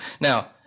Now